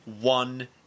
one